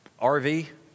RV